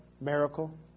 Miracle